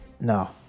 No